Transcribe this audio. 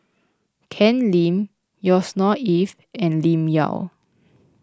Ken Lim Yusnor Ef and Lim Yau